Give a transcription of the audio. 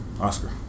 Oscar